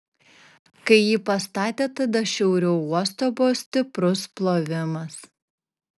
kai jį pastatė tada šiauriau uosto buvo stiprus plovimas